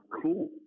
cool